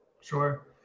Sure